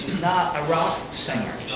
not a rock singer.